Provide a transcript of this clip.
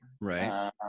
Right